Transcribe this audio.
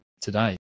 today